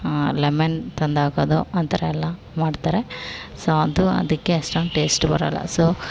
lemon ತಂದ್ಹಾಕೋದು ಆ ಥರ ಎಲ್ಲ ಮಾಡ್ತಾರೆ ಸೋ ಅದು ಅದಕ್ಕೆ ಅಷ್ಟೊಂದು ಟೇಸ್ಟ್ ಬರೋಲ್ಲ ಸೋ